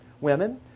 women